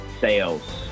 sales